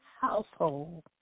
household